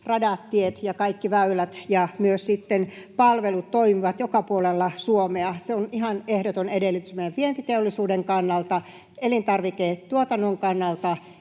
radat, tiet ja kaikki väylät — ja myös palvelut toimivat joka puolella Suomea. Se on ihan ehdoton edellytys meidän vientiteollisuuden kannalta, elintarviketuotannon kannalta,